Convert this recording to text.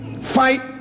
fight